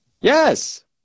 yes